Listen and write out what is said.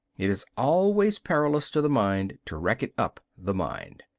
it is always perilous to the mind to reckon up the mind.